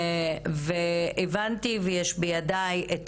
הבנתי ויש בידיי את